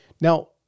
Now